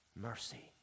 mercy